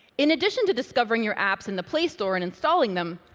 in addition to discovering your apps in the play store and installing them,